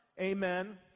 amen